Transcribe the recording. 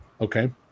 Okay